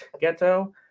Ghetto